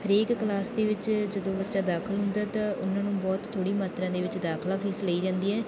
ਹਰੇਕ ਕਲਾਸ ਦੇ ਵਿੱਚ ਜਦੋਂ ਬੱਚਾ ਦਾਖਲ ਹੁੰਦਾ ਤਾਂ ਉਹਨਾਂ ਨੂੰ ਬਹੁਤ ਥੋੜ੍ਹੀ ਮਾਤਰਾ ਦੇ ਵਿੱਚ ਦਾਖਲਾ ਫੀਸ ਲਈ ਜਾਂਦੀ ਹੈ